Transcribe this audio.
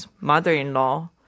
mother-in-law